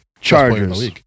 Chargers